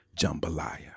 jambalaya